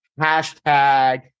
hashtag